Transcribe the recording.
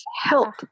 Help